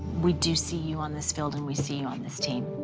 we do see you on this field and we see you on this team.